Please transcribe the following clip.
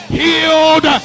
healed